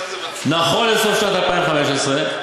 נכון לסוף שנת 2015,